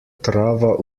trava